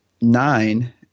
nine